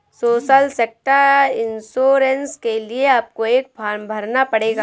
social sector insurance के लिए आपको एक फॉर्म भरना पड़ेगा